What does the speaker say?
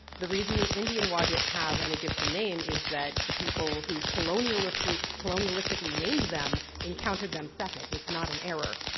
the reason the indian wadjet have an egyptian name is that the people who colonialistically named named them encountered them second. it's not an error.